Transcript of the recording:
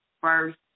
first